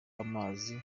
amazi